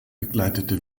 begleitete